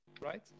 right